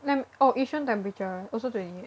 let me oh Yishun temperature also twenty eight